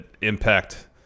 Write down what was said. Impact